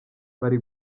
bari